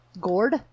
Gourd